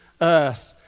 earth